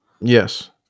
Yes